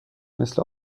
مثل